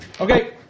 okay